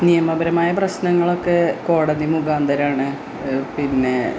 നിയമപരമായ പ്രശ്നങ്ങളൊക്കെ കോടതി മുഖാന്തരമാണ് പിന്നെ